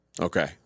Okay